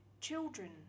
children